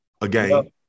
again